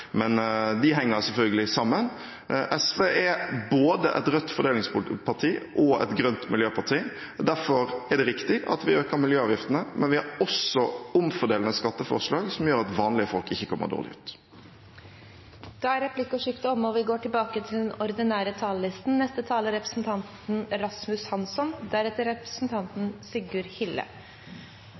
Men det henger selvfølgelig sammen. SV er både et rødt fordelingsparti og et grønt miljøparti. Derfor er det riktig at vi øker miljøavgiftene, men vi har også omfordelende skatteforslag, som gjør at vanlige folk ikke kommer dårlig ut. Replikkordskiftet er omme. Det har skjedd mye siden budsjettet i 2016 ble ferdigstilt og